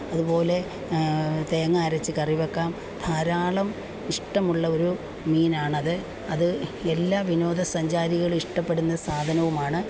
അതുപോലെ തേങ്ങാ അരച്ച് കറി വയ്ക്കാം ധാരാളം ഇഷ്ടമുള്ള ഒരു മീനാണത് അത് എല്ലാ വിനോദസഞ്ചാരികൾ ഇഷ്ടപ്പെടുന്ന സാധനവുമാണ്